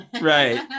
Right